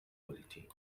quality